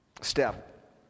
step